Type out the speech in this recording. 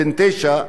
בן תשע,